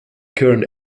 current